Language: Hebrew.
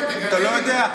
תודה רבה.